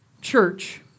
church